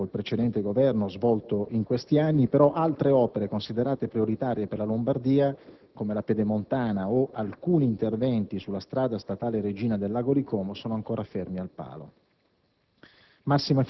anche con il precedente Governo, in questi anni - però, altre opere considerate prioritarie per la Lombardia, come la Pedemontana o alcuni interventi sulla strada statale Regina del lago di Como, sono ancora ferme al palo.